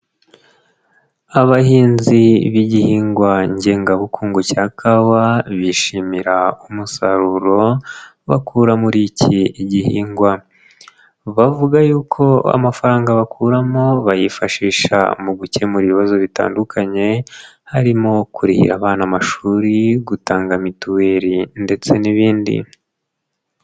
aAahinzi b'igihingwa ngengabukungu cya kawa, bishimira umusaruro bakura muri iki gihingwa. Bavuga yuko amafaranga bakuramo bayifashisha mu gukemura ibibazo bitandukanye, harimo kurihira abana amashuri, gutanga mituweli ndetse n'ibindi.